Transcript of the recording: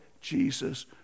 Jesus